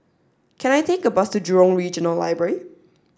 can I take a bus to Jurong Regional Library